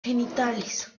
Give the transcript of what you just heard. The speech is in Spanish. genitales